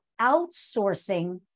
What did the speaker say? outsourcing